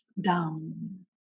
down